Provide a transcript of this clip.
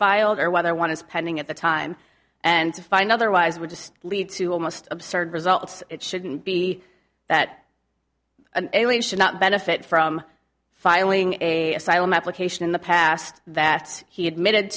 filed or whether one is pending at the time and fine otherwise would just lead to almost absurd results it shouldn't be that an alien should not benefit from filing a silent application in the past that he admitted